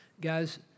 Guys